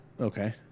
Okay